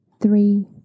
three